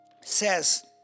says